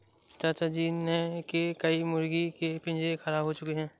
चाचा जी के कई मुर्गी के पिंजरे खराब हो चुके हैं